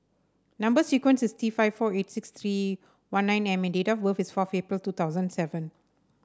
number sequence is T five four eight six three one nine M and date of birth is four April two thousand seven